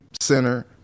center